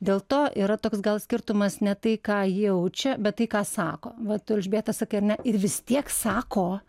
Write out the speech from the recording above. dėl to yra toks gal skirtumas ne tai ką jaučia bet tai ką sako va tu elžbieta sakai ar ne ir vis tiek sako